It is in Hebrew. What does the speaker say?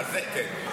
לזה כן.